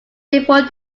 before